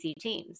teams